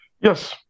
Yes